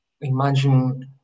imagine